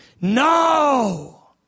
no